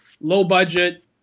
low-budget